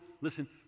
listen